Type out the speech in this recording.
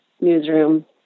newsroom